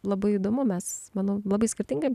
labai įdomu mes manau labai skirtingai